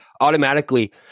automatically